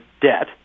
debt